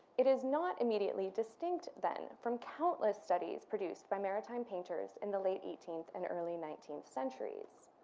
it is not immediately distinct then from countless studies produced by maritime painters in the late eighteenth and early nineteenth centuries